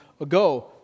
ago